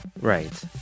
Right